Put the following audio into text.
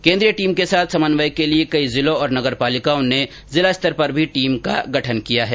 केन्द्रीय टीम के साथ समन्वय के लिए कई जिलों और नगर पालिकाओं ने जिला स्तर पर भी टीम का गठन किया है